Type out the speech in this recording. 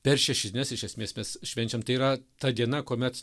per šešines iš esmės mes švenčiam tai yra ta diena kuomet